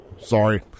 Sorry